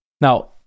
now